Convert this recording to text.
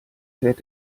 fährt